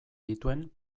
dituen